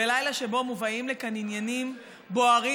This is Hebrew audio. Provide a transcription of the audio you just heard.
בלילה שבו מובאים לכאן עניינים בוערים,